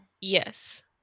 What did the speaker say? Yes